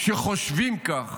שחושבים כך